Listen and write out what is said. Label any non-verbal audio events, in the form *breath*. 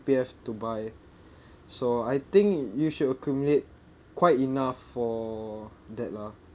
C_P_F to buy *breath* so I think you should accumulate quite enough for that lah